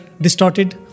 distorted